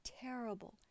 terrible